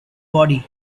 body